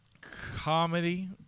comedy